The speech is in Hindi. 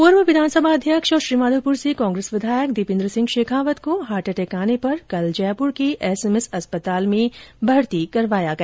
पूर्व विधानसभा अध्यक्ष और श्रीमाघोपुर से कांग्रेस विधायक दीपेन्द्र सिंह शेखावत को हार्ट अटैक आने पर कल जयपुर के एसएमएस अस्पताल में भर्ती करवाया गया